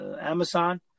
Amazon